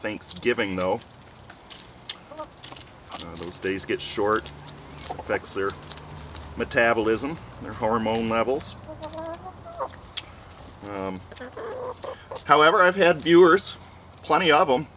thanksgiving though those days get short affects their metabolism their hormone levels however i've had viewers plenty of them